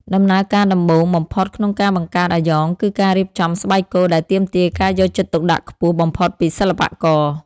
ដំណើរការដំបូងបំផុតក្នុងការបង្កើតអាយ៉ងគឺការរៀបចំស្បែកគោដែលទាមទារការយកចិត្តទុកដាក់ខ្ពស់បំផុតពីសិល្បករ។